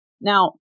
Now